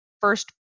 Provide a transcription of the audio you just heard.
first